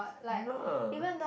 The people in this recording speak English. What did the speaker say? !wah!